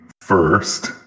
first